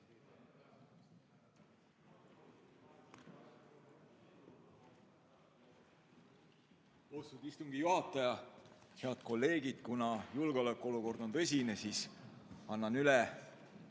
Austatud istungi juhataja! Head kolleegid! Kuna julgeolekuolukord on tõsine, siis annan üle